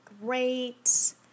great